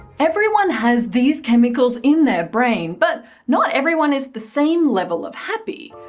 everyone has these chemicals in their brain, but not everyone is the same level of happy.